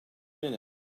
minute